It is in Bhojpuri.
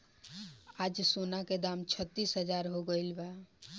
आज सोना के दाम छत्तीस हजार हो गइल बा